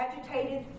agitated